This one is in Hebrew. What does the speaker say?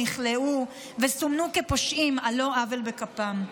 נכלאו וסומנו כפושעים על לא עוול בכפם.